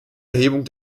erhebung